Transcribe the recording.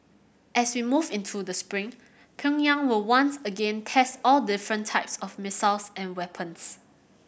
as we move into the spring Pyongyang will once again test all different types of missiles and weapons